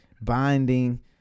binding